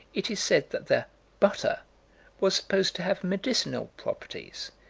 it is said that the butter was supposed to have medicinal properties,